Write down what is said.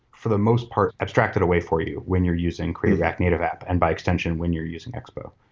for the most part, abstracted away for you when you're using create react native app and by extension when you're using expo.